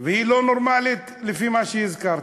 והיא לא נורמלית לפי מה שהזכרתי.